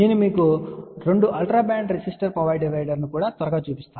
నేను మీకు 2 ultra broadband resistor power డివైడర్ను కూడా త్వరగా చూపిస్తాను